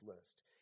list